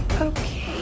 Okay